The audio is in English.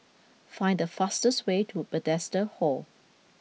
find the fastest way to Bethesda Hall